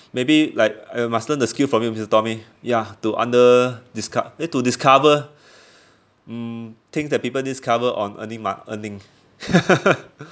maybe like I must learn the skill from you mister tommy ya to under~ disco~ eh to discover mm things that people didn't discover on earning mo~ earning